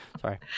Sorry